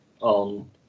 on